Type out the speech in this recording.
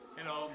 Hello